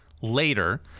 later